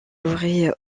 aurait